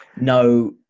no